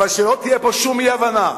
אבל שלא תהיה פה שום אי-הבנה,